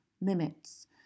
limits